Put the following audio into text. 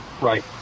right